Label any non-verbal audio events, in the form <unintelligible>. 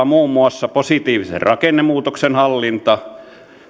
<unintelligible> muun muassa positiivisen rakennemuutoksen hallinta